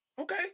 Okay